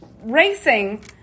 racing